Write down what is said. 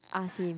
ask him